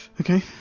Okay